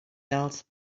else